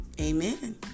Amen